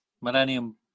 Millennium